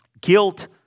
Guilt